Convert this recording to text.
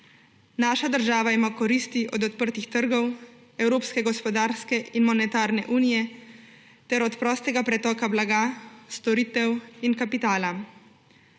Naša država ima koristi od odprtih trgov, evropske gospodarske in monetarne unije ter od prostega pretoka blaga, storitev in kapitala.